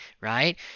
right